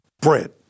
bread